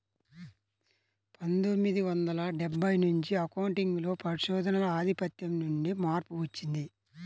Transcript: పందొమ్మిది వందల డెబ్బై నుంచి అకౌంటింగ్ లో పరిశోధనల ఆధిపత్యం నుండి మార్పు వచ్చింది